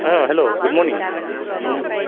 hello good morning good मरनिं